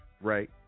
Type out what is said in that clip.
right